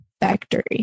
factory